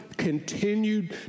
Continued